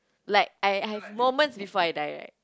like I I have moments before I die right